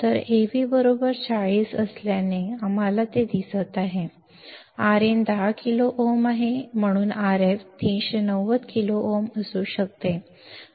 तर Av 40 दिल्याने आम्हाला ते माहित आहे Rin 10 किलो ओम आहे म्हणून Rf 390 किलो ओम असू शकते